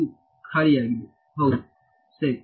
ಇದು ಇಲ್ಲಿ ಖಾಲಿಯಾಗಿದೆ ಹೌದು ಸರಿ